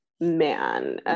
Man